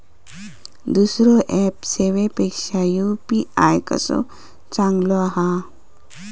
दुसरो ऍप सेवेपेक्षा यू.पी.आय कसो चांगलो हा?